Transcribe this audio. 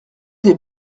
des